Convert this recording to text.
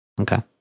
Okay